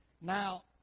Now